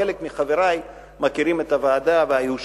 חלק מחברי מכירים את הוועדה והיו שם.